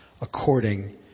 according